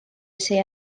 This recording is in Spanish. ese